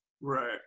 Right